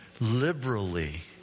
liberally